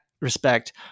respect